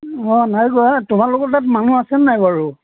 অঁ নাই যোৱা তোমালোকৰ তাত মানুহ আছে নাই বাৰু